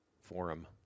forum